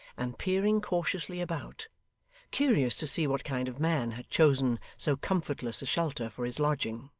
and peering cautiously about curious to see what kind of man had chosen so comfortless a shelter for his lodging.